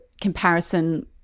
comparison